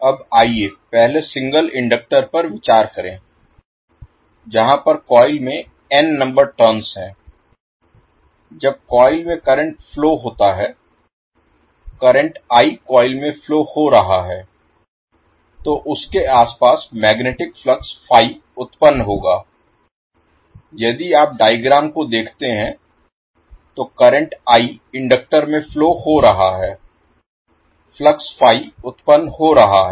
अब आइए पहले सिंगल इंडक्टर पर विचार करें जहां पर कॉइल में एन नंबर टर्न्स है जब कॉइल में करंट फ्लो Flow प्रवाहित होता है करंट कॉइल में फ्लो हो रहा है तो उसके आस पास मैग्नेटिक फ्लक्स phi उत्पन्न होगा यदि आप डायग्राम को देखते हैं तो करंट इंडक्टर में फ्लो हो रहा है फ्लक्स phi उत्पन्न हो रहा है